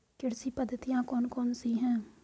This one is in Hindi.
कृषि पद्धतियाँ कौन कौन सी हैं?